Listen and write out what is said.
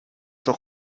doch